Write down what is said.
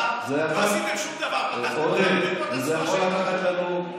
זה יכול לקחת לנו,